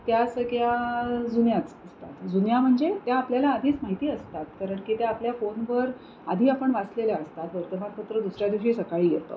त्या सगळ्या जुन्याच असतात जुन्या म्हणजे त्या आपल्याला आधीच माहिती असतात कारण की त्या आपल्या फोनवर आधी आपण वाचलेल्या असतात वर्तमानपत्र दुसऱ्या दिवशी सकाळी येतं